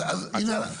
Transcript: אין פיקוח אמיתי.